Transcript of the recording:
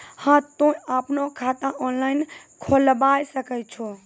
हाँ तोय आपनो खाता ऑनलाइन खोलावे सकै छौ?